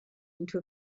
into